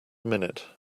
minute